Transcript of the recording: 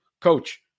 coach